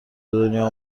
دنیا